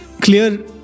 clear